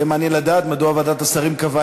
יהיה מעניין לדעת מדוע ועדת השרים קבעה